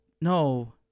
No